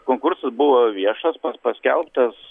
konkursas buvo viešas pa paskelbtas